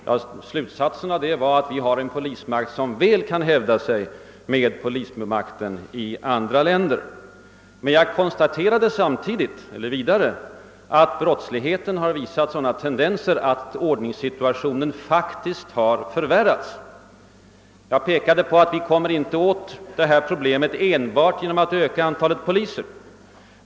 Min slutsats var att vi har en polismakt som väl kan hävda sig med polisen i andra länder. Men jag konstaterade vidare att brottsligheten har visat sådana tendenser till ökning att ordningssituationen har förvärrats. Jag påpekade att vi inte kommer åt detta problem enbart genom att öka antalet poliser.